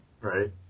Right